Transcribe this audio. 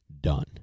Done